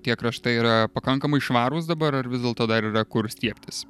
tie kraštai yra pakankamai švarūs dabar ar vis dėlto dar yra kur stiebtis